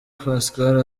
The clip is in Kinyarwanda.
pascal